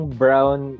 brown